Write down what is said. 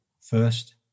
First